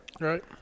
Right